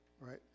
right